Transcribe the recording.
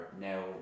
now